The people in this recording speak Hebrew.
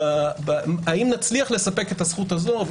האם נצליח לספק את הזכות הזו.